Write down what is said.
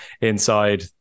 inside